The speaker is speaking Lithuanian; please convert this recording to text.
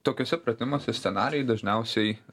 tokiuose pratimuose scenarijai dažniausiai